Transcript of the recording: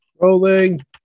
Rolling